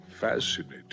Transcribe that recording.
fascinating